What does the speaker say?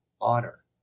Honor